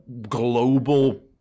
global